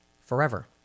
forever